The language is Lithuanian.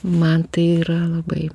man tai yra labai